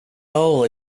hole